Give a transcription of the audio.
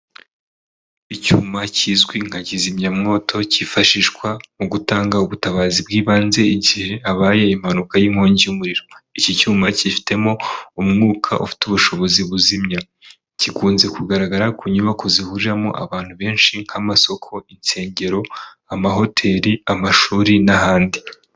Icyuma kizwi nka kizimyamwoto kifashishwa mu gutanga ubutabazi bw'ibanze igihe habaye impanuka y'inkongi y'umuriro, iki cyuma cyifitemo umwuka ufite ubushobozi buzimya, gikunze kugaragara ku nyubako zihuriramo abantu benshi nk'amasoko, insengero, amahoteri, amashuri n'ahandi.